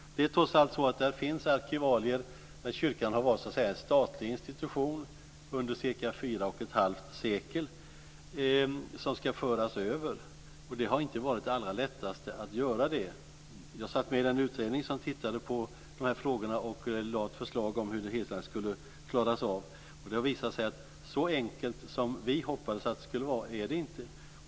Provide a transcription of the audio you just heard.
Det finns trots allt arkivalier, eftersom kyrkan har varit en statlig institution under cirka fyra och ett halvt sekel, som ska föras över. Det har inte varit det allra lättaste att göra det. Jag satt med i den utredning som tittade på de frågorna och lade fram ett förslag om hur det hela skulle klaras av. Det har visat sig att så enkelt som vi hoppades att det skulle vara är det inte.